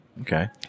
Okay